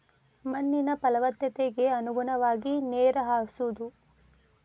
ಮಣ್ಣಿನ ಪಲವತ್ತತೆಗೆ ಅನುಗುಣವಾಗಿ ನೇರ ಹಾಸುದು